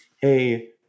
hey